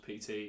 PT